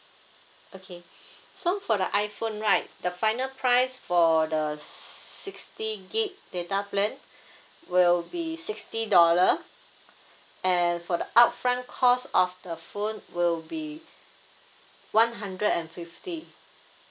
okay so for the iphone right the final price for the sixty gig data plan will be sixty dollar and for the upfront cost of the phone will be one hundred and fifty